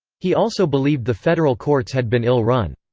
he also believed the federal courts had been ill-run.